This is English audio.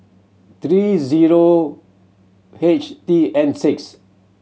three zero H T N six